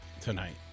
tonight